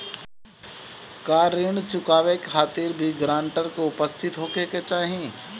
का ऋण चुकावे के खातिर भी ग्रानटर के उपस्थित होखे के चाही?